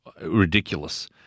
ridiculous